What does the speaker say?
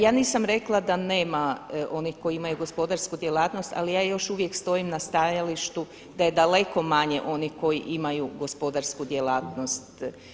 Ja nisam rekla da nema, onih koji imaju gospodarsku djelatnost ali ja još uvijek stojim na stajalištu da je daleko manje onih koji imaju gospodarsku djelatnost.